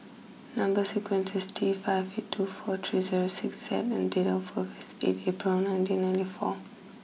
number is T five eight two four three zero six Z and date of birth is eight April nineteen ninety four